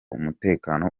umutekano